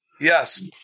Yes